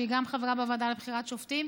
שהיא גם חברה בוועדה לבחירת שופטים.